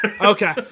Okay